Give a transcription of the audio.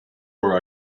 are